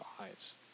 eyes